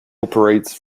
operates